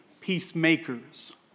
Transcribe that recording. peacemakers